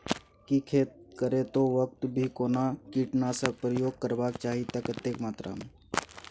की खेत करैतो वक्त भी कोनो कीटनासक प्रयोग करबाक चाही त कतेक मात्रा में?